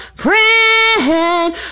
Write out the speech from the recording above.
friend